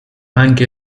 anche